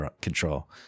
control